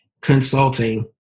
consulting